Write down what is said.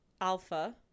Alpha